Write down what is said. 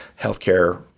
healthcare